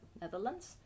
Netherlands